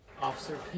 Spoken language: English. Officer